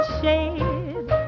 shade